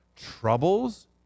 troubles